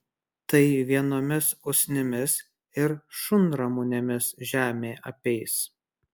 tai vienomis usnimis ir šunramunėmis žemė apeis